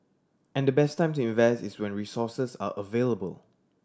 and the best time to invest is when resources are available